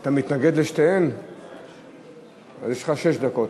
אתה מתנגד לשתיהן, אז יש לך שש דקות.